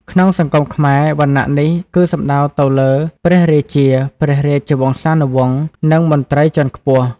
ក្នុងសង្គមខ្មែរ វណ្ណៈនេះគឺសំដៅទៅលើព្រះរាជា ព្រះរាជវង្សានុវង្ស និងមន្ត្រីជាន់ខ្ពស់។